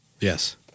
Yes